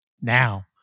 now